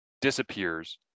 Disappears